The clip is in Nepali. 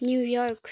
new York